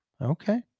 Okay